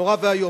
נורא ואיום.